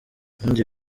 ibindi